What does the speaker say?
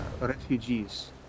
refugees